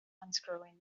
unscrewing